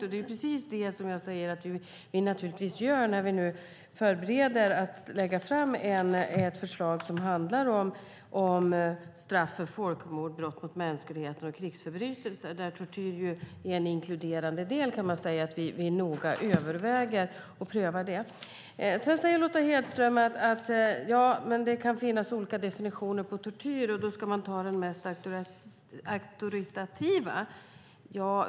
Det är också precis det som jag säger att vi naturligtvis gör när vi nu förbereder att lägga fram ett förslag som handlar om straff för folkmord, brott mot mänskligheten och krigsförbrytelser, där tortyr ju är en inkluderande del. Vi överväger och prövar detta noga. Lotta Hedström säger att det kan finnas olika definitioner på tortyr och att man då ska ta den mest auktoritativa.